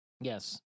Yes